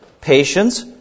patience